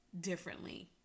differently